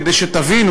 כדי שתבינו,